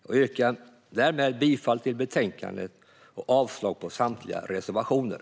Jag yrkar därmed bifall till utskottets förslag och avslag på samtliga reservationer.